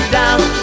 down